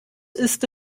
ist